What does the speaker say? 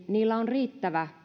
niillä on riittävä